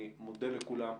אני מודה לכולם.